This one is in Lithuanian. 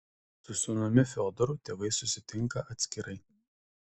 su sūnumi fiodoru tėvai susitinka atskirai